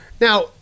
Now